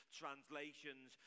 translations